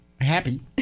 happy-